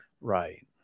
Right